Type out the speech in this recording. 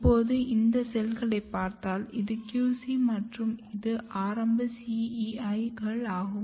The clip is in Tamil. இப்போ இந்த செல்களைப் பார்த்தால் இது QC மற்றும் இது ஆரம்ப CEI கள் ஆகும்